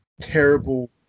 terrible